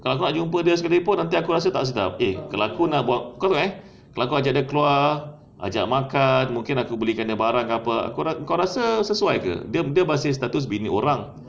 kalau aku nak jumpa dia sekali pun nanti aku pun rasa tak sedap eh kalau aku kalau aku ajak dia keluar ajak makan mungkin aku belikan dia barang ke apa ah kau rasa sesuai ke dia dia masih bekas bini orang